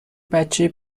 بچه